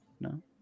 No